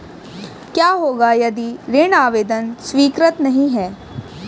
क्या होगा यदि ऋण आवेदन स्वीकृत नहीं है?